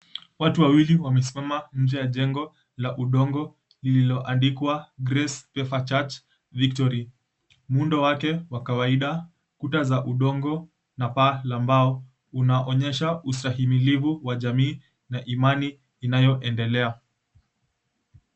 Watu wawili wamesimama nje ya jengo la udongo lililoandikwa, "Grace Pefa Church Victory". Muundo wake wa kawaida, kuta za udongo na paa la mbao unaonyesha ustahimilivu wa jamii na imani inayoendelea.